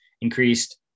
increased